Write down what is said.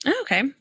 okay